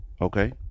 okay